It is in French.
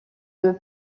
les